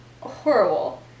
horrible